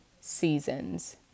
seasons